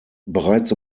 bereits